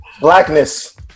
Blackness